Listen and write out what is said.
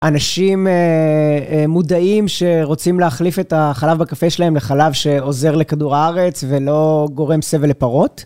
אנשים מודעים שרוצים להחליף את החלב בקפה שלהם לחלב שעוזר לכדור הארץ ולא גורם סבל לפרות?